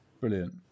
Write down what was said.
brilliant